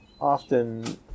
often